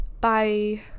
Bye